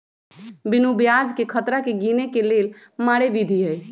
बिनु ब्याजकें खतरा के गिने के लेल मारे विधी हइ